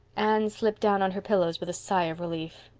anne slipped down on her pillows with a sigh of relief.